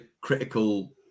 critical